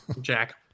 Jack